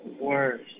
worse